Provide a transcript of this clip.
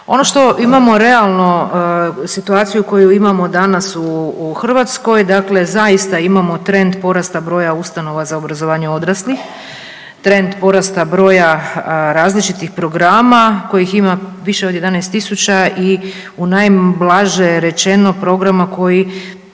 Ono što imamo realno situaciju koju imamo danas u Hrvatskoj dakle zaista imamo trend porasta broja ustanova za obrazovanje odraslih, trend porasta broja različitih programa kojih ima više od 11 tisuća i najblaže rečeno programa koji